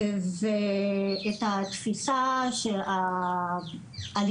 אציין שאנחנו התכוונו לקיים לכבוד יום